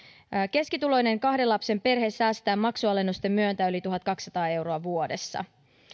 keskituloinen kahden lapsen perhe säästää maksualennusten myötä yli tuhatkaksisataa euroa vuodessa